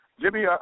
Jimmy